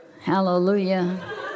Hallelujah